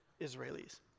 Israelis